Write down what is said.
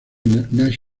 national